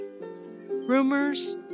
Rumors